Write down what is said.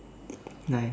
nice